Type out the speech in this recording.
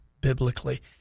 biblically